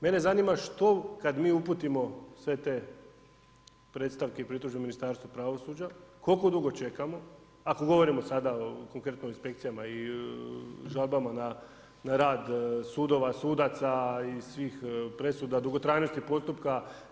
Mene zanima, što kada mi uputimo sve te predstavke i pritužbe Ministarstvu pravosuđa, koliko dugo čekamo, ako govorimo sada konkretno inspekcijama i žalbama na rad sudova, sudaca i svih presuda dugotrajnosti postupka.